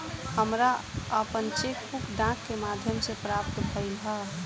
हमरा आपन cheque book डाक के माध्यम से प्राप्त भइल ह